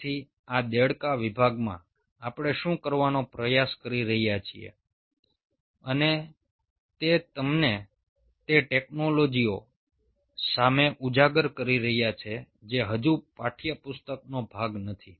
તેથી આ દેડકા વિભાગમાં આપણે શું કરવાનો પ્રયાસ કરી રહ્યા છીએ અને તે તમને તે ટેક્નોલોજીઓ સામે ઉજાગર કરી રહ્યા છે જે હજુ પાઠ્યપુસ્તકનો ભાગ નથી